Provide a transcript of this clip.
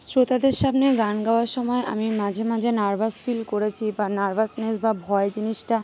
শ্রোতাদের সামনে গান গাওয়ার সময় আমি মাঝে মাঝে নার্ভাস ফিল করেছি বা নার্ভাসনেস বা ভয় জিনিসটা